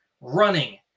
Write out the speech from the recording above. running